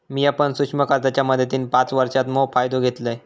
मिया पण सूक्ष्म कर्जाच्या मदतीन पाच वर्षांत मोप फायदो घेतलंय